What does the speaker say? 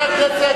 (חבר הכנסת יואל חסון יוצא מאולם המליאה.) חברי הכנסת,